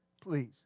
please